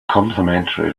complimentary